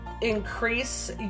increase